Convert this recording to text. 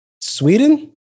sweden